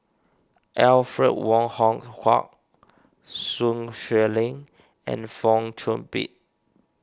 Alfred Wong Hong Kwok Sun Xueling and Fong Chong Pik